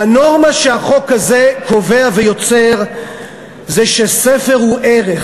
והנורמה שהחוק הזה קובע ויוצר זה שספר הוא ערך,